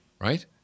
Right